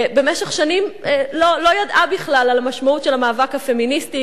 במשך שנים לא ידעה בכלל על המשמעות של המאבק הפמיניסטי.